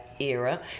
era